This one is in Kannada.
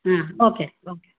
ಹಾಂ ಓಕೆ ಓಕೆ